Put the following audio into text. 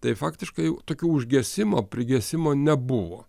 tai faktiškai tokių užgesimo prigesimo nebuvo